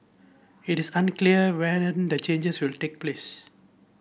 it is unclear when the changes will take place